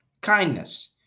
kindness